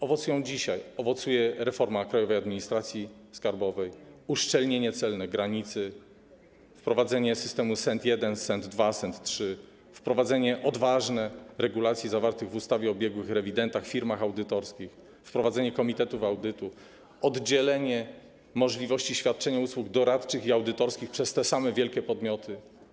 Owocuje reforma Krajowej Administracji Skarbowej, uszczelnienie celne granicy, wprowadzenie systemu SENT 1, SENT 2, SENT 3, odważne wprowadzenie regulacji zawartych w ustawie o biegłych rewidentach, firmach audytorskich, wprowadzenie komitetów audytu, rozdzielenie możliwości świadczenia usług doradczych i audytorskich przez te same wielkie podmioty.